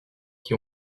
qui